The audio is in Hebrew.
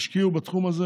ישקיעו בתחום הזה,